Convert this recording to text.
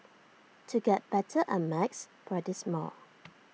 to get better at maths practise more